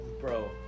Bro